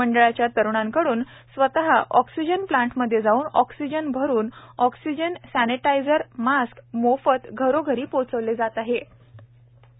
मंडळाच्यातरुणांकडूनस्वतःऑक्सिजनप्लांटमध्येजाऊनऑक्सिजनभरूनऑक्सिजन sanitiser मास्कमोफतघरोघरीपोहोचविलाजातआहेत